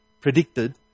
predicted